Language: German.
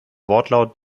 wortlaut